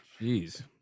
Jeez